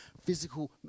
physical